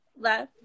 left